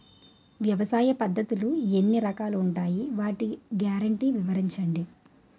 వ్యవసాయ పద్ధతులు ఎన్ని రకాలు ఉంటాయి? వాటి గ్యారంటీ వివరించండి?